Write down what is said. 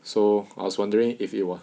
so I was wondering if you were